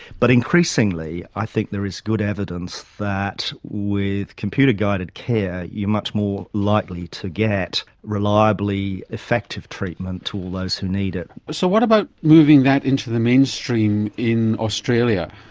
but increasingly i think there is good evidence that with computer-guided care you're much more likely to get reliably effective treatment to all those who need it. so what about moving that into the mainstream in australia,